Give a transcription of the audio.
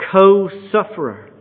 co-sufferer